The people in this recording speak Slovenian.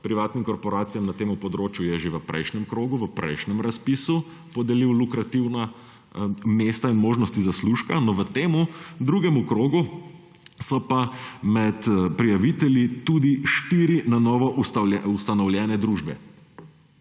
privatnim korporacijam na tem področju je že v prejšnjem krogu, v prejšnjem razpisu podelil lukrativna mesta in možnosti zaslužka. V tem drugem krogu so pa med prijavitelji tudi štiri nanovo ustanovljene družbe.